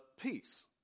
peace